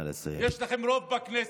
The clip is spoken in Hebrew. יש לכם רוב בכנסת,